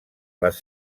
les